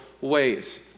ways